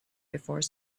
before